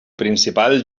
principal